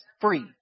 free